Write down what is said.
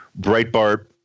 Breitbart